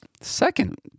Second